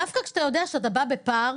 דווקא כשאתה יודע שאתה בא בפער,